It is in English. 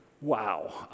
wow